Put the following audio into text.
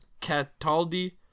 Cataldi